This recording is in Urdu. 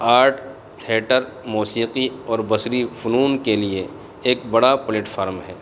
آرٹ تھیٹر موسیقی اور بصری فنون کے لیے ایک بڑا پلیٹفارم ہے